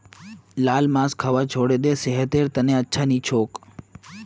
लाल मांस खाबा छोड़े दे सेहतेर त न अच्छा नी छोक